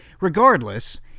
Regardless